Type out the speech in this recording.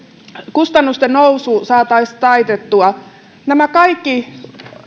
kustannusten nousu saataisiin taitettua nämä kaikki